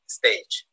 stage